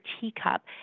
teacup